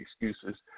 excuses